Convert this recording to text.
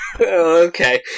Okay